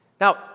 Now